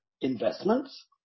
investments